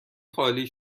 خالی